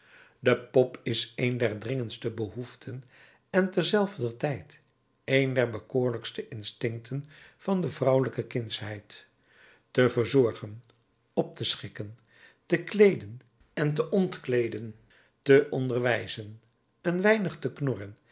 de pop is een der dringendste behoeften en terzelfder tijd een der bekoorlijkste instincten van de vrouwelijke kindsheid te verzorgen op te schikken te kleeden en te ontkleeden te onderwijzen een weinig te knorren